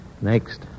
Next